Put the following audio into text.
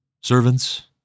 servants